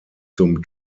zum